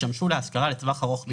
ישמשו להשכרה לטווח ארוך בלבד,